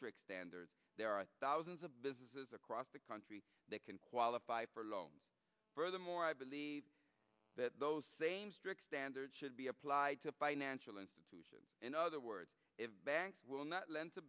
strict standards there are thousands of businesses across the country that can qualify for loans furthermore i believe that those same strict standards should be applied to financial institutions in other words if banks will not len